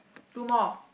two more